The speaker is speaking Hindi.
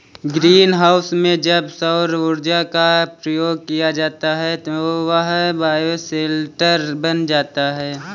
ग्रीन हाउस में जब सौर ऊर्जा का प्रयोग किया जाता है तो वह बायोशेल्टर बन जाता है